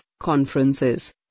conferences